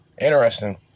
Interesting